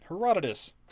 Herodotus